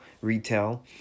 retail